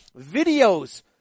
videos